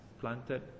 planted